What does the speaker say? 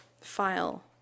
file